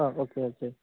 ആ okay okay